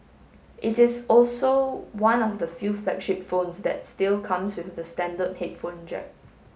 it is also one of the few flagship phones that still comes with the standard headphone jack